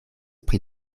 pri